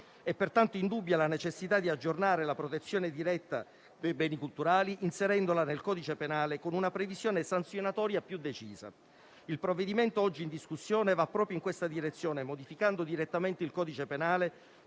È pertanto indubbia la necessità di aggiornare la protezione diretta dei beni culturali, inserendola nel codice penale con una previsione sanzionatoria più decisa. Il provvedimento oggi in discussione va proprio in questa direzione, modificando direttamente il codice penale